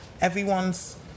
everyone's